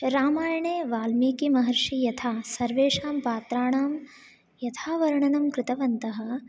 रामायणे वाल्मीकिमहर्षिः यथा सर्वेषां पात्राणां यथा वर्णनं कृतवन्तः